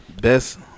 best